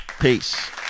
Peace